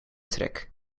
trek